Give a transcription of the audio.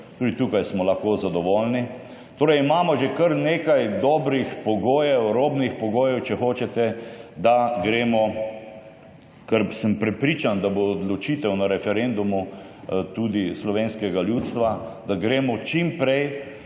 Tudi tukaj smo lahko zadovoljni. Torej imamo že kar nekaj dobrih pogojev, robnih pogojev, če hočete, da gremo, ker sem prepričan, da bo odločitev na referendumu tudi slovenskega ljudstva, da gremo čim prej,